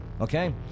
Okay